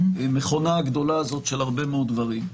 המכונה הגדולה הזאת של הרבה מאוד דברים.